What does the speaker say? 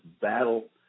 battle